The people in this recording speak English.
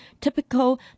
typical